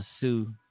sue